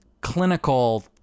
clinical